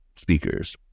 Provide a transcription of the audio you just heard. speakers